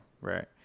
right